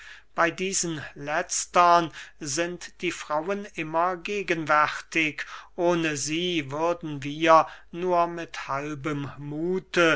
bey diesen letztern sind die frauen immer gegenwärtig ohne sie würden wir nur mit halbem muthe